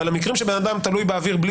אבל המקרים שבן אדם תלוי באוויר בלי